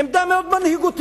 זו עמדה מאוד מנהיגותית.